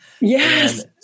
yes